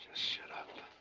shut up.